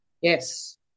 Yes